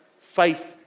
faith